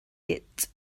git